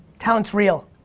talent's real,